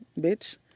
bitch